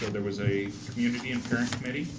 there was a community and parent committee.